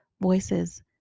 voices